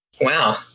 Wow